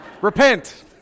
Repent